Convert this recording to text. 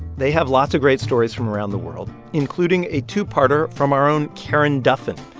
they have lots of great stories from around the world, including a two-parter from our own karen duffin.